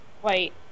White